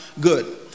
good